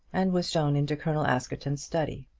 and was shown into colonel askerton's study.